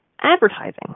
advertising